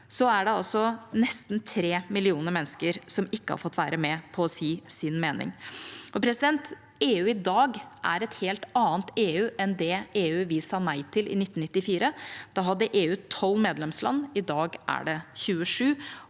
år, er det nesten tre millioner mennesker som ikke har fått være med på å si sin mening. EU i dag er et helt annet EU enn det EU vi sa nei til i 1994. Da hadde EU 12 medlemsland. I dag er det 27,